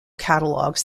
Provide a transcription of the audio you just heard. catalogues